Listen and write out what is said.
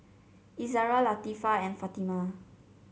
Izzara Latifa and Fatimah